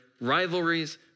rivalries